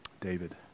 David